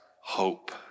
hope